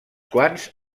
quants